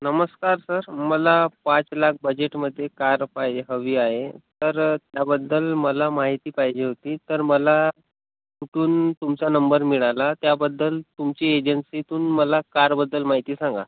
नमस्कार सर मला पाच लाख बजेटमध्ये कार पाहिजे हवी आहे तर त्याबद्दल मला माहिती पाहिजे होती तर मला कुठून तुमचा नंबर मिळाला त्याबद्दल तुमची एजन्सीतून मला कारबद्दल माहिती सांगा